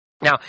Now